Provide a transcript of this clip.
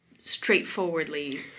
straightforwardly